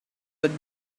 would